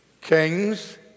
Kings